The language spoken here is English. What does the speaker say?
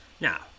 Now